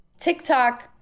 tiktok